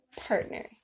partner